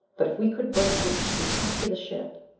but if we could break loose recapture the ship.